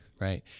Right